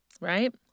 Right